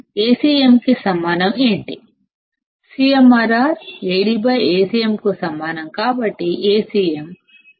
CMRR AdAcmకు సమానం కాబట్టి Acm 0